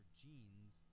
genes